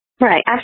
Right